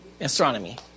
astronomy